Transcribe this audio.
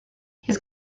his